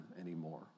anymore